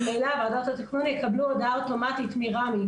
ממילא ועדות התכנון יקבלו הודעה אוטומטית מרמ"י